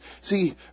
See